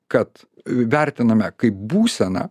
kad vertiname kaip būseną